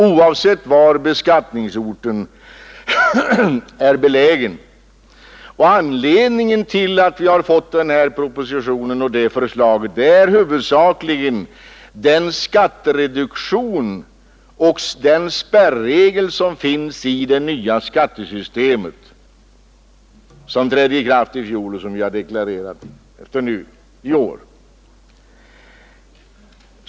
Det är det viktiga i denna proposition. Anledningen till att vi fått denna proposition är huvudsakligen den skattereduktion och den spärregel som finns i det nya skattesystem som trädde i kraft i fjol och efter vilket vi nu i år har deklarerat.